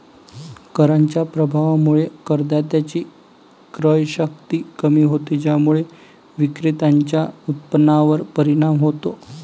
कराच्या प्रभावामुळे करदात्याची क्रयशक्ती कमी होते, ज्यामुळे विक्रेत्याच्या उत्पन्नावर परिणाम होतो